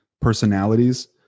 personalities